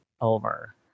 over